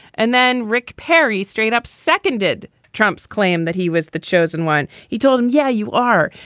and then rick perry straight up. second, did trump's claim that he was the chosen one? he told them, yeah, you are.